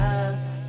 ask